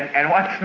i